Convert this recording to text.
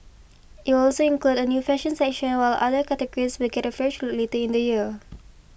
it will also include a new fashion section while other categories will get a fresh later in the year